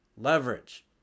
leverage